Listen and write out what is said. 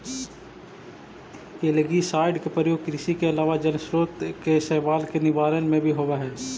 algicide के प्रयोग कृषि के अलावा जलस्रोत के शैवाल के निवारण में भी होवऽ हई